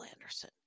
Anderson